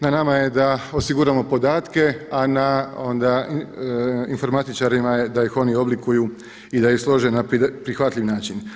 Na nama je da osiguramo podatke, a na onda informatičarima da ih oni odlikuju i da ih slože na prihvatljiv način.